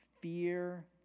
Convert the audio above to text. fear